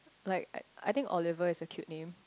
like I I think Oliver is a cute name